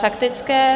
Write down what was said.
Faktické.